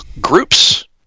groups